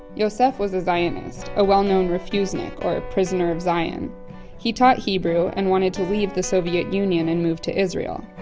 yosef was a zionist, a well-known refusnik, or prisoner of zion he taught hebrew, and wanted to leave the soviet union and move to israel.